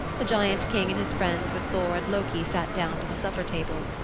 the giant king and his friends with thor and loki sat down to the supper table.